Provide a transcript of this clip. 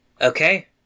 Okay